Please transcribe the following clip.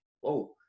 Whoa